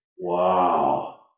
Wow